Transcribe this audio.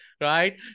right